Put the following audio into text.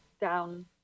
down